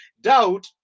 Doubt